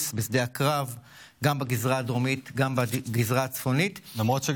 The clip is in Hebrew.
ב' בכסלו התשפ"ד, 15 בנובמבר 2023, בשעה 11:00.